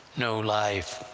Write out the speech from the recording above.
no life.